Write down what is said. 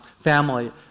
family